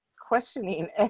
questioning